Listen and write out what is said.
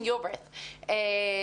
עומר.